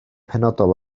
penodol